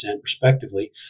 respectively